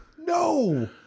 No